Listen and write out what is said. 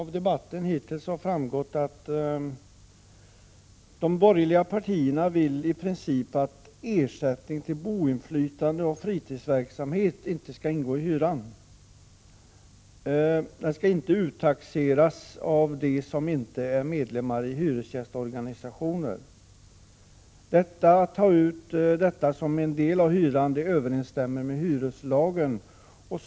Herr talman! De borgerliga partierna vill i princip att ersättning för boinflytande och fritidsverksamhet inte skall ingå i hyran och att den inte skall uttaxeras av dem som inte är medlemmar i hyresgästorganisationen. Att ta ut denna ersättning som en del av hyran överensstämmer med hyreslagen.